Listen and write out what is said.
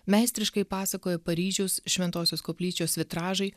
meistriškai pasakoja paryžiaus šventosios koplyčios vitražai